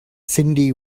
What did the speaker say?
cyndi